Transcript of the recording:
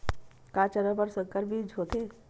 का चना बर संकर बीज होथे?